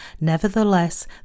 nevertheless